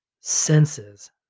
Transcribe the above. senses